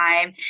time